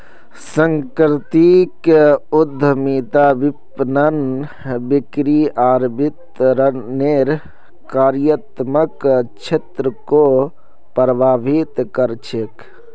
सांस्कृतिक उद्यमिता विपणन, बिक्री आर वितरनेर कार्यात्मक क्षेत्रको प्रभावित कर छेक